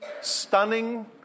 stunning